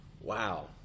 Wow